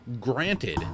Granted